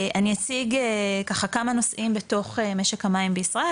אני אציג ככה כמה נושאים בתוך משק המים בישראל,